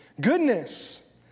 Goodness